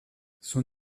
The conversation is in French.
son